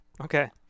Okay